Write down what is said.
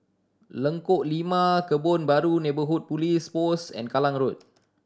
Lengkok Lima Kebun Baru Neighbourhood Police Post and Kallang Road